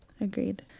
Agreed